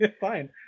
fine